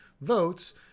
votes